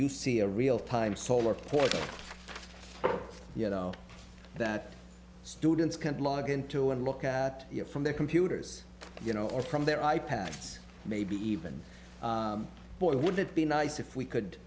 you see a real time solar portal you know that students can log into and look at it from their computers you know or from their i pads maybe even boy would it be nice if we could